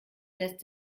lässt